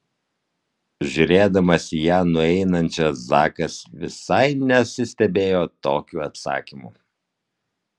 žiūrėdamas į ją nueinančią zakas visai nesistebėjo tokiu atsakymu